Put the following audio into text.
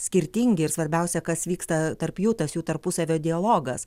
skirtingi ir svarbiausia kas vyksta tarp jų tas jų tarpusavio dialogas